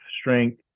strength